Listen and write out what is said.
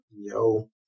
Yo